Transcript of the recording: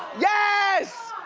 yes,